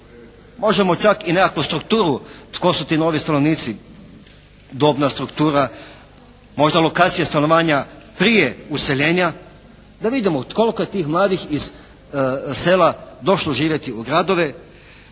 Možemo čak i nekakvu strukturu tko su ti novi stanovnici, dobna struktura, možda lokacije stanovanja prije useljenja? Da vidimo koliko je tih mladih iz sela došlo živjeti u gradove.